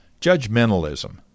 Judgmentalism